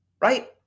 right